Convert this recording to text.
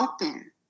open